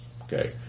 Okay